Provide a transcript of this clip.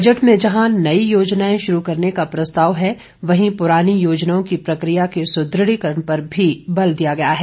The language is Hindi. बजट में जहां नई योजनाएं शुरू करने का प्रस्ताव है वहीं पुरानी योजनाओं की प्रकिया के सुदृढ़ीकरण पर भी बल दिया गया है